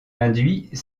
induit